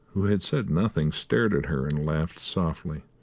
who had said nothing, stared at her, and laughed softly.